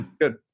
Good